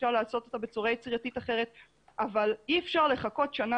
אפשר לעשות אתה בצורה יצירתית אחרת אבל אי אפשר לחכות שנה